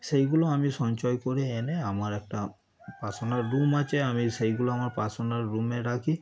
সেগুলো আমি সঞ্চয় করে এনে আমার একটা পার্সোনাল রুম আছে আমি সেগুলো আমার পার্সোনাল রুমে রাখি